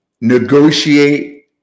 negotiate